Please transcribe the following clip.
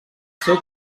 seu